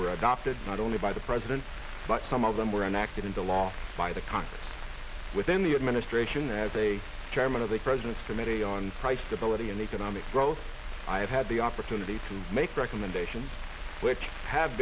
were adopted not only by the president but some of them were enacted into law by the congress within the administration as a chairman of the president's committee on price stability and economic growth i have had the opportunity to make recommendations which have